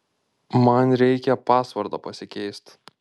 man reikia pasvordą pasikeist